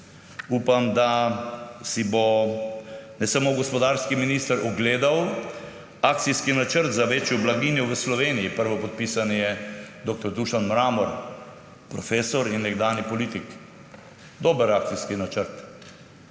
Upam, da si bo ne samo gospodarski minister ogledal Akcijski načrt za večjo blaginjo v Sloveniji. Prvopodpisani je dr. Dušan Mramor, profesor in nekdanji politik. Dober akcijski načrt.